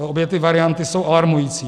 Obě ty varianty jsou alarmující.